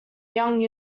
young